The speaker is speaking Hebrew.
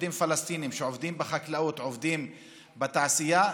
עובדים פלסטינים שעובדים בחקלאות ועובדים בתעשייה,